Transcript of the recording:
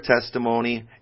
testimony